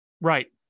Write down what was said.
Right